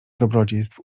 dobrodziejstw